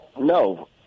No